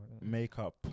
Makeup